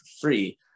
free